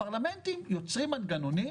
הפרלמנטים יוצרים מנגנונים.